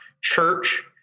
church